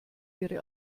ihre